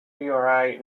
priori